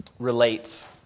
relates